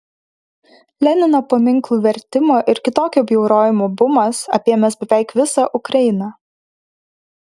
lenino paminklų vertimo ir kitokio bjaurojimo bumas apėmęs beveik visą ukrainą